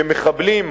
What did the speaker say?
שמחבלים,